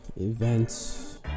events